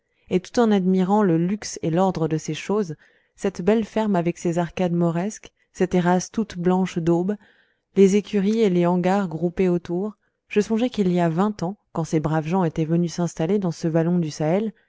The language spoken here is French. et tout en admirant le luxe et l'ordre de ces choses cette belle ferme avec ses arcades moresques ses terrasses toutes blanches d'aube les écuries et les hangars groupés autour je songeais qu'il y a vingt ans quand ces braves gens étaient venus s'installer dans ce vallon du sahel